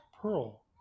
pearl